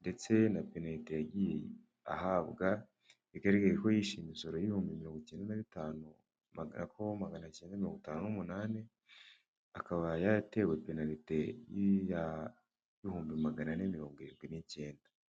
ndetse na penalite yagiye ahabwa, bigaragara ko yishyuye imisoro y'ubihumbi mirongo kenda na bitanu, biragaragara ko magana cyenda na mirongo itanu'umunani, akaba yaratewe penalite y'ibihumbi magana ane mirongo irindwi n'icyenda.